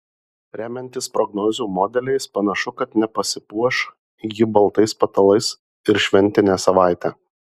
remiantis prognozių modeliais panašu kad nepasipuoš ji baltais patalais ir šventinę savaitę